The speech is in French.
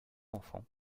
enfants